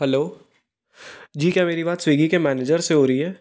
hello ji क्या मेरी बात स्विगी के मैनेजर से हो रही है